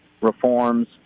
reforms